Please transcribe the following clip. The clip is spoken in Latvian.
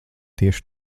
tieši